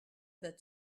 that